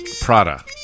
Prada